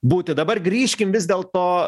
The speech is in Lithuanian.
būti dabar grįžkim vis dėlto